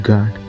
God